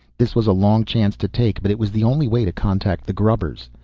this was a long chance to take, but it was the only way to contact the grubbers.